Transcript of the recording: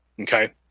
Okay